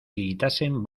tiritasen